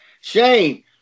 shane